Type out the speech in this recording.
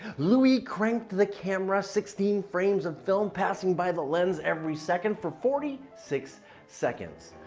louis cranked the camera, sixteen frames of film passing by the lens every second for forty six seconds.